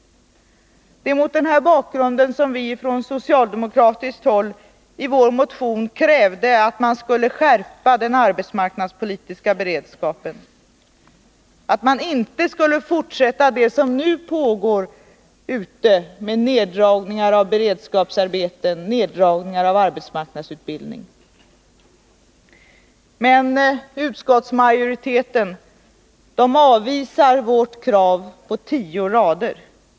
Det är mot den bakgrunden som vi ifrån socialdemokratiskt håll i vår motion krävt att man skulle skärpa den arbetsmarknadspolitiska beredskapen, att man inte skulle fortsätta det som nu pågår med neddragningar av beredskapsarbeten och arbetsmarknadsutbildning. Utskottsmajoriteten avvisar vårt krav i en skrivning på tio rader.